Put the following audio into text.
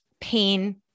pain